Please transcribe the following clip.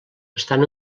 estan